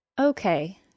Okay